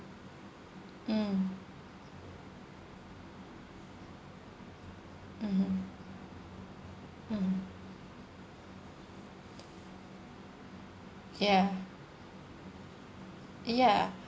mm mmhmm mm ya ya